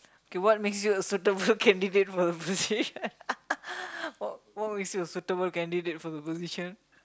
K what makes you a suitable candidate for the posi~ what what makes you a suitable candidate for the position